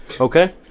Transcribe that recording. okay